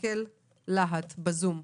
יחזקאל-להט בזום.